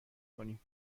کنیم